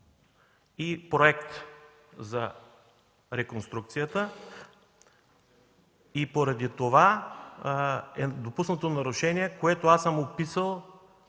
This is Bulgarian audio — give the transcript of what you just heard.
и проект за реконструкцията. Поради това е допуснато нарушение, за което аз съм описал